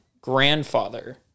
grandfather